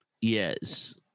Yes